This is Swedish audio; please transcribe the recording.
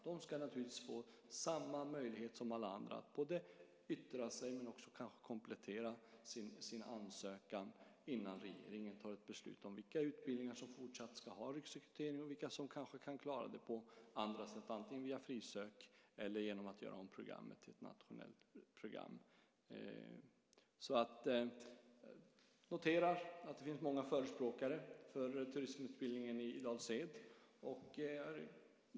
De ska naturligtvis få samma möjlighet som alla andra att yttra sig men också komplettera ansökan innan regeringen fattar beslut om vilka utbildningar som fortsatt ska ha riksrekrytering och vilka som kan klara det på andra sätt, antingen via frisök eller genom att göra om programmet till ett nationellt program. Jag noterar att det finns många förespråkare för turismutbildningen i Dals Ed.